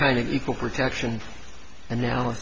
kind of equal protection and now